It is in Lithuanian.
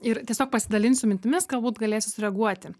ir tiesiog pasidalinsiu mintimis galbūt galėsi sureaguoti